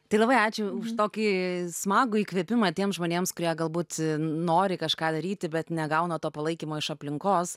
tai labai ačiū už tokį smagų įkvėpimą tiem žmonėms kurie galbūt nori kažką daryti bet negauna to palaikymo iš aplinkos